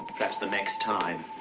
perhaps the next time.